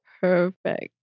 Perfect